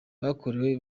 bakorewe